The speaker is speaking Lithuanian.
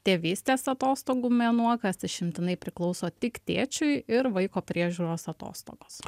tėvystės atostogų mėnuo kas išimtinai priklauso tik tėčiui ir vaiko priežiūros atostogos